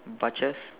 butchers